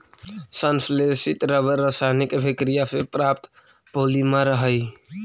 संश्लेषित रबर रासायनिक अभिक्रिया से प्राप्त पॉलिमर हइ